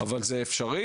אבל זה אפשרי.